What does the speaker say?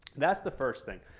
that's the first thing.